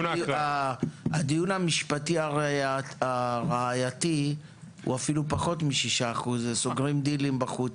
הדיון המשפטי הראייתי הוא אפילו פחות מ-6% וסוגרים דילים בחוץ.